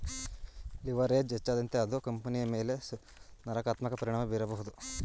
leverage ಹೆಚ್ಚಾದಂತೆ ಅದು ಕಂಪನಿಯ ಮೇಲೆ ನಕಾರಾತ್ಮಕ ಪರಿಣಾಮ ಬೀರಬಹುದು